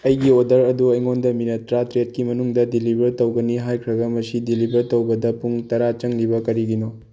ꯑꯩꯒꯤ ꯑꯣꯗꯔ ꯑꯗꯨ ꯑꯩꯉꯣꯟꯗ ꯃꯤꯅꯠ ꯇꯔꯥ ꯇꯔꯦꯠꯒꯤ ꯃꯅꯨꯡꯗ ꯗꯤꯂꯤꯕꯔ ꯇꯧꯒꯅꯤ ꯍꯥꯏꯈ꯭ꯔꯒ ꯃꯁꯤ ꯗꯤꯂꯤꯕꯔ ꯇꯧꯕꯗ ꯄꯨꯡ ꯇꯔꯥ ꯆꯪꯂꯤꯕ ꯀꯔꯤꯒꯤꯅꯣ